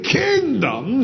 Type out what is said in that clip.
kingdom